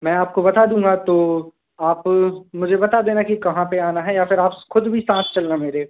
मैं आपको बता दूँगा तो आप मुझे बता देना कि कहाँ पर आना है या फिर आप खुद भी साथ चलना मेरे